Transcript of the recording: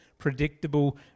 predictable